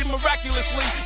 Miraculously